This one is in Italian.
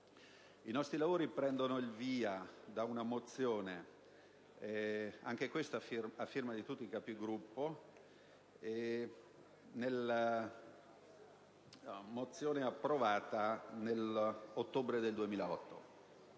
I nostri lavori hanno preso il via da una mozione, anch'essa a firma di tutti i Capigruppo, approvata nell'ottobre 2008.